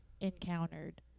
encountered